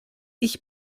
ich